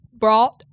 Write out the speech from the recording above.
brought